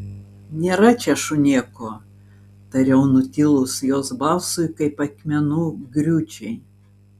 nėra čia šunėko tariau nutilus jos balsui kaip akmenų griūčiai